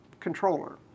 controller